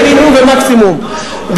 מינימום ומקסימום,